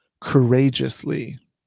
courageously